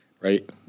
right